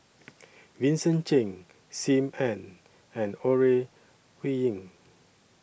Vincent Cheng SIM Ann and Ore Huiying